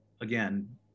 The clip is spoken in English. again